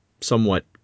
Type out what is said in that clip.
somewhat